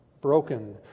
Broken